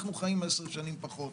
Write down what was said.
אנחנו חיים 10 שנים פחות,